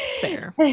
Fair